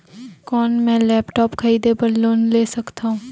कौन मैं लेपटॉप खरीदे बर लोन ले सकथव?